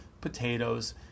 potatoes